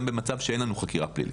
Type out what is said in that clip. גם במצב שאין לנו חקירה פלילית.